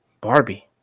Barbie